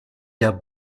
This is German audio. der